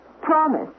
Promise